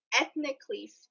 ethnically